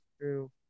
true